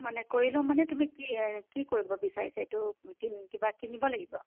মানে কৰি মানে তুমি কি কি কৰিব বিচাৰিছা এইটো কিবা কিনিব লাগিব